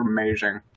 amazing